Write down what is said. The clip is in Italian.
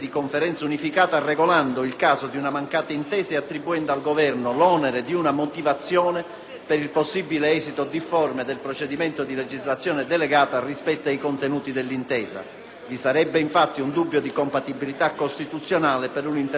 per il possibile esito difforme del procedimento di legislazione delegata rispetto ai contenuti della stessa. Vi sarebbe infatti un dubbio di compatibilità costituzionale per un'interpretazione che possa dare all'intesa la qualità di un presupposto assolutamente necessario e vincolante.